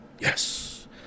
Yes